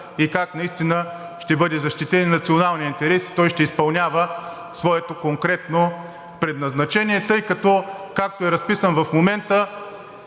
и как ще бъде защитен националният интерес и той ще изпълнява своето конкретно предназначение. Тъй като, както е разписан в момента,